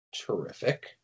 Terrific